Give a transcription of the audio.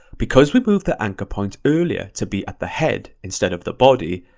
because we move the anchor point earlier to be at the head instead of the body,